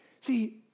See